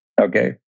Okay